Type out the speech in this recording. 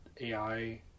AI